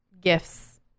gifts